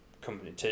company